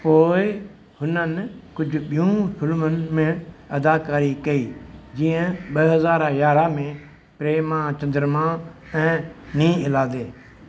पोइ हुननि कुझु बि॒यूं फ़िल्मुनि में अदाकारी कई जीअं ॿ हज़ार यारहां में प्रेमा चंद्रमा ऐं नी इलादे